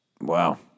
Wow